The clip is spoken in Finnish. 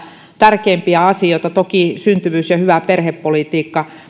tärkeimpiä asioita toki syntyvyys ja hyvä perhepolitiikka